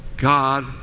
God